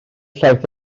llaeth